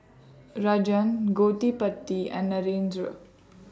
Rajan Gottipati and Narendra